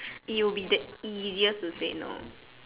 it would be the easiest to say no